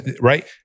right